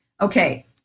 Okay